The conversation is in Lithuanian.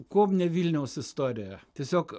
kuom ne vilniaus istorija tiesiog